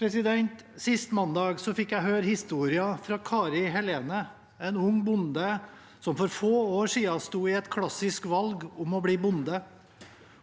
lykkes. Sist mandag fikk jeg høre historien fra Kari Helene, en ung bonde som for få år siden sto i et klassisk valg om å bli bonde.